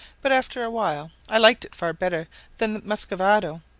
but after awhile i liked it far better than muscovado,